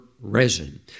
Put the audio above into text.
resin